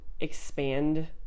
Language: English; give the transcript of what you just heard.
expand